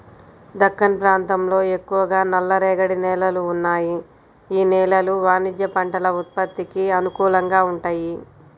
దక్కన్ ప్రాంతంలో ఎక్కువగా నల్లరేగడి నేలలు ఉన్నాయి, యీ నేలలు వాణిజ్య పంటల ఉత్పత్తికి అనుకూలంగా వుంటయ్యి